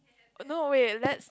no wait let's